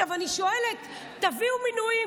עכשיו אני שואלת: תביאו מינויים,